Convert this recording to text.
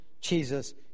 Jesus